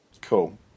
Cool